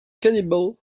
cannibal